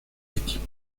equipo